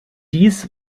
dies